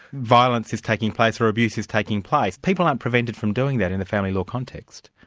violence is taking place, or abuse is taking place. people aren't prevented from doing that in the family law context.